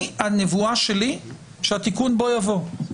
הנבואה שלי שהתיקון בוא יבוא,